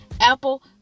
apple